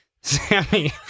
Sammy